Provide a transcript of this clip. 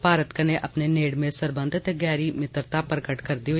भारत कन्नै अपने नेड़में सरबंघ ते गेहरी मित्रता प्रगट करदे होई